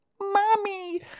Mommy